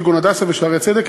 כגון "הדסה" ו"שערי צדק",